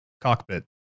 cockpit